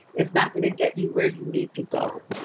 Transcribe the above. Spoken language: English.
it's not going to get you where you need to go.